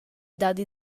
dadi